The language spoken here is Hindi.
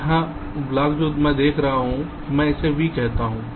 यह ब्लॉक जो मैं रख रहा हूं मैं इसे v कहता हूं